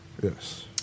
Yes